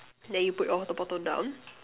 then you put the bottle down